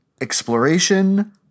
exploration